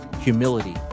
humility